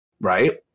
right